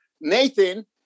Nathan